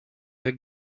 del